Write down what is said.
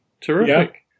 Terrific